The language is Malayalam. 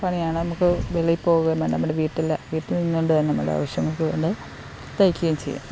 പണിയാണ് നമ്മള്ക്ക് വെളിയിൽ പോകുകയും വേണ്ട നമ്മുടെ വീട്ടിൽ നിന്നുകൊണ്ടു തന്നെ നമ്മുടെ ആവശ്യങ്ങൾക്കുവേണ്ടി തയ്ക്കുകയും ചെയ്യാം